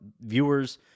viewers